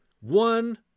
One